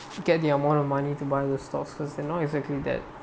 forget the amount of money to buy your stocks first and now it's exactly that